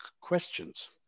questions